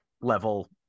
level